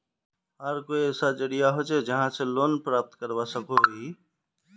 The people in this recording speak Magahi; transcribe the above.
आर कोई ऐसा जरिया होचे जहा से लोन प्राप्त करवा सकोहो ही?